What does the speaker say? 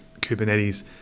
Kubernetes